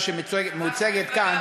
שמוצגת כאן,